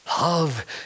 Love